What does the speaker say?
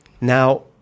Now